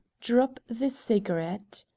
drop the cigarette.